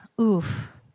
Oof